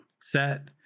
set